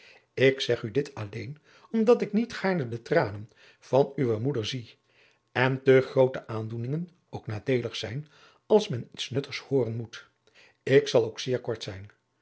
ik zeg u dit alleen omdat ik niet gaarne de tranen van uwe moeder zie en te groote aandoeningen ook nadeelig zijn als men iets nuttigs hooren moet ik zal ook zeer kort zijn